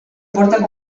porten